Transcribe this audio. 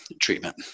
treatment